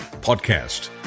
podcast